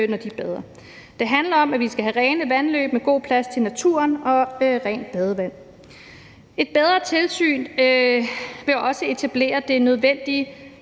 når de bader. Det handler om, at vi skal have rene vandløb med god plads til naturen og rent badevand. Et bedre tilsyn vil også etablere det nødvendige